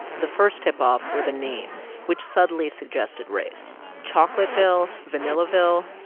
the first tipoff were the names, which subtly suggested race chocolateville, vanillaville.